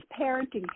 parenting